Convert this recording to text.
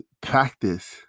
practice